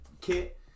kit